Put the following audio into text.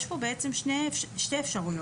יש כאן שתי אפשרויות.